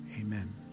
Amen